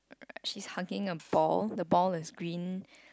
she's hugging a ball the ball is green